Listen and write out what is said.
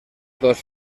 dos